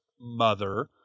mother